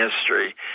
history